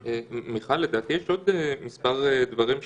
מיכל, לדעתי, יש עוד מספר דברים אצלכם,